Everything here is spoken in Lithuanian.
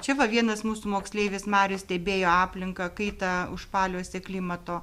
čia va vienas mūsų moksleivis marius stebėjo aplinką kaitą užpaliuose klimato